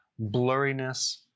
blurriness